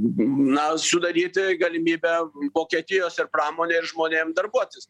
na sudaryti galimybę vokietijos ir pramonei ir žmonėm darbuotis